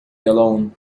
alone